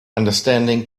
understanding